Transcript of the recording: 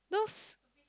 those